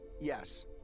Yes